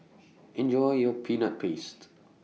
Enjoy your Peanut Paste